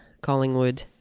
Collingwood